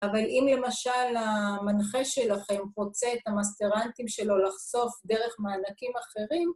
אבל אם למשל המנחה שלכם רוצה את המסטרנטים שלו לחשוף דרך מענקים אחרים